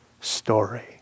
story